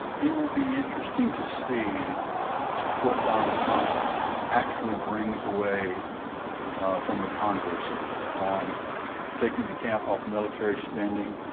it will be interesting to see what donald trump actually brings away from the congress on taking the cap off military spending,